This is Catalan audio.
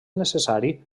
necessari